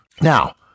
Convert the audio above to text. Now